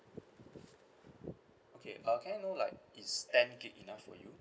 okay uh can I know like is ten gig enough for you